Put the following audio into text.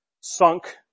sunk